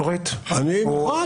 אני מוכן.